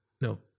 no